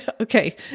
okay